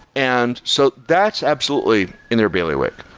and so that's absolutely in their bailiwick,